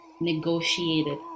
negotiated